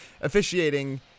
officiating